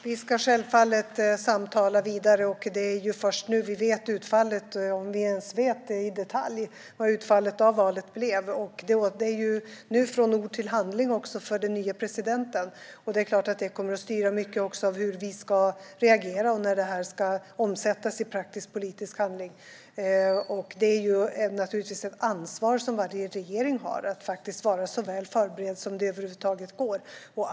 Herr talman! Vi ska självfallet samtala vidare. Det är ju först nu vi vet utfallet av valet, om vi ens vet det i detalj. Det är också nu den nye presidenten ska gå från ord till handling, vilket förstås kommer att styra mycket av hur vi ska reagera när detta ska omsättas i praktisk politisk handling. Varje regering har ett ansvar att vara så väl förberedd som det över huvud taget går.